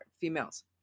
females